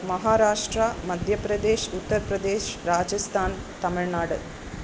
महाराष्ट्रः मध्यप्रदेशः उत्तरप्रदेशः राजस्थानं तमिल्नाडुः